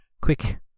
quick